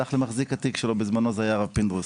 והלך למחזיק התיק שלו, בזמנו זה היה הרב פינדרוס.